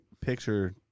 picture